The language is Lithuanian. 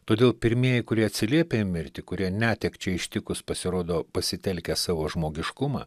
todėl pirmieji kurie atsiliepia į mirtį kurie netekčiai ištikus pasirodo pasitelkę savo žmogiškumą